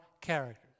character